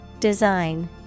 Design